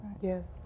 yes